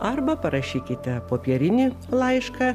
arba parašykite popierinį laišką